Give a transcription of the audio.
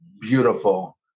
beautiful